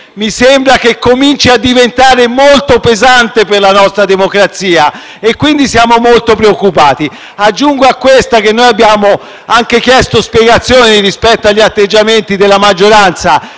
5 Stelle cominci a diventare molto pesante per la nostra democrazia e quindi siamo molto preoccupati. Aggiungo che abbiamo chiesto spiegazioni rispetto agli atteggiamenti della maggioranza